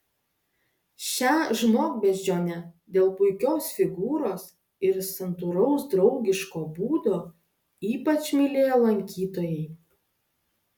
šią žmogbeždžionę dėl puikios figūros ir santūraus draugiško būdo ypač mylėjo lankytojai